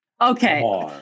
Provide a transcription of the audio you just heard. Okay